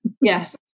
yes